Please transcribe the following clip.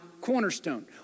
cornerstone